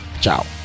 ciao